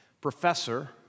professor